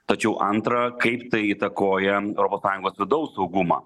tačiau antrą kaip tai įtakoja europos sąjungos vidaus saugumą